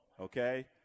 okay